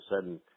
sudden